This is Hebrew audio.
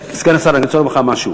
סגן השר, אני רוצה לומר לך משהו.